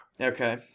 Okay